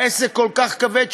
העסק כל כך כבד,